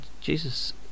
Jesus